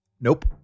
Nope